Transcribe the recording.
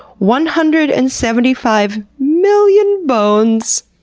one hundred and seventy five million bones,